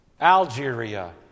Algeria